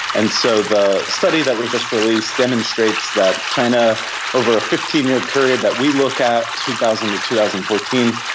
and so the study that we just released demonstrates that china over a fifteen year period that we look at, two thousand to two thousand and fourteen,